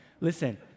Listen